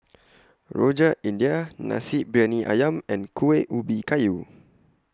Rojak India Nasi Briyani Ayam and Kuih Ubi Kayu